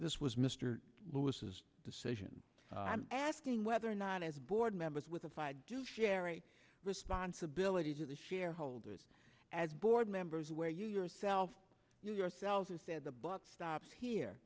this was mr lewis's decision i'm asking whether or not as board members with a fide do share a responsibility to the shareholders as board members where you yourself yourself has said the buck stops here